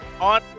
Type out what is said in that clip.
On